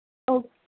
okay